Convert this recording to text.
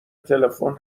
تلفن